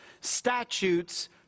statutes